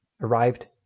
arrived